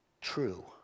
true